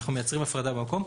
אנחנו מייצרים הפרדה במקום.